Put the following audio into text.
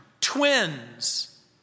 twins